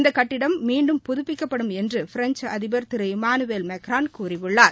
இந்த கட்டிடம் மீண்டும் புதுப்பிக்கப்படும் என்று பிரெஞ்ச் அதிபர் திரு இமானுவேல் மெக்ரான் கூறியுள்ளார்